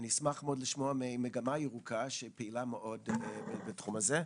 אני אשמח מאוד לשמוע מ'מגמה ירוקה' שפעילה מאוד בתחום הזה.